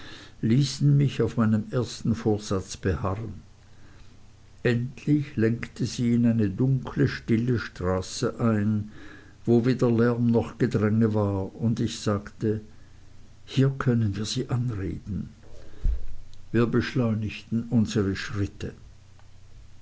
ließen mich auf meinem ersten vorsatz beharren endlich lenkte sie in eine dunkle stille straße ein wo weder lärm noch gedränge mehr war und ich sagte hier können wir sie anreden wir beschleunigten unsere schritte